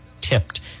tipped